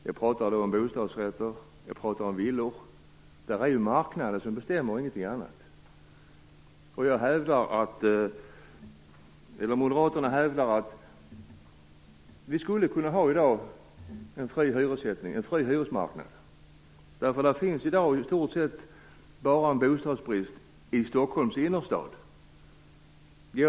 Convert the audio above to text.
Jag talar då om bostadsrätter och om villor, där det är marknaden och ingenting annat som bestämmer. Moderaterna hävdar att vi i dag skulle kunna ha en fri hyresmarknad. Det finns i dag bostadsbrist i stort sett bara i Stockholms innerstad.